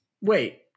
wait